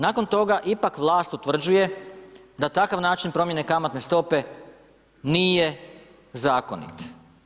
Nakon toga ipak vlast utvrđuje da takav način promjene kamatne stope nije zakonit.